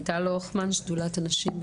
טל הוכמן שדולת הנשים,